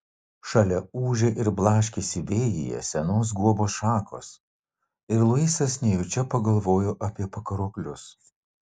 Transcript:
šalia ūžė ir blaškėsi vėjyje senos guobos šakos ir luisas nejučia pagalvojo apie pakaruoklius